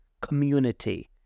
community